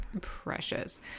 precious